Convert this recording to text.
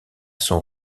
son